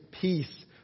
peace